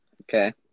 Okay